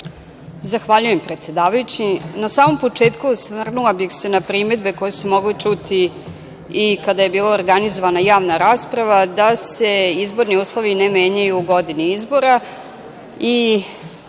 Zahvaljujem predsedavajući. Na samom početku, osvrnula bih se na primedbe koje su se mogle čuti i kada je bila organizovana javna rasprava, da se izborni uslovi ne menjaju u godini izbora.